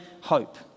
hope